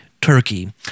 turkey